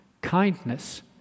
kindness